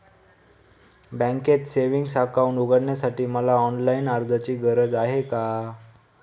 बँकेत savings account उघडण्यासाठी मला ऑनलाईन अर्जाची गरज आहे का?